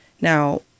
now